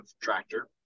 tractor